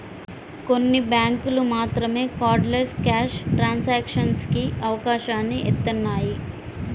కొన్ని బ్యేంకులు మాత్రమే కార్డ్లెస్ క్యాష్ ట్రాన్సాక్షన్స్ కి అవకాశాన్ని ఇత్తన్నాయి